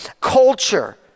culture